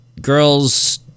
girls